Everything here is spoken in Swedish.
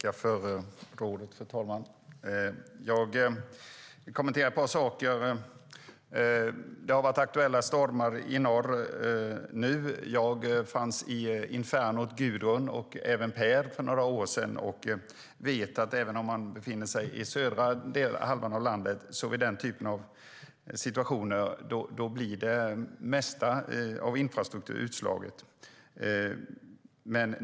Fru talman! Låt mig kommentera ett par saker. Det har nyligen varit stormar i norr. Jag befann mig i infernot Gudrun, och även Per, för några år sedan och vet att även om man befinner sig i södra halvan av landet blir i den typen av situationer det mesta av infrastrukturen utslagen.